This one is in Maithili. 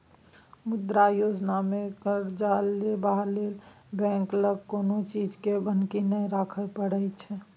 मुद्रा योजनामे करजा लेबा लेल बैंक लग कोनो चीजकेँ बन्हकी नहि राखय परय छै